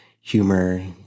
humor